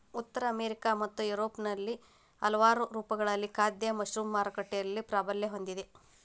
ಉತ್ತರ ಅಮೆರಿಕಾ ಮತ್ತು ಯುರೋಪ್ನಲ್ಲಿ ಹಲವಾರು ರೂಪಗಳಲ್ಲಿ ಖಾದ್ಯ ಮಶ್ರೂಮ್ ಮಾರುಕಟ್ಟೆಯಲ್ಲಿ ಪ್ರಾಬಲ್ಯ ಹೊಂದಿದೆ